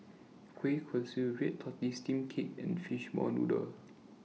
Kueh Kosui Red Tortoise Steamed Cake and Fish Ball Noodles